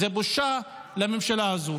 זה בושה לממשלה הזו.